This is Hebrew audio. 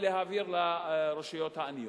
ולהעביר לרשויות העניות.